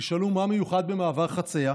תשאלו, מה מיוחד במעבר חציה?